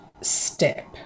step